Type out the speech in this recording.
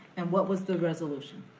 and what was the resolution?